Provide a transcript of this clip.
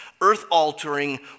earth-altering